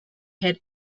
had